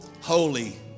Holy